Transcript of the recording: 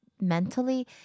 mentally